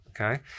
Okay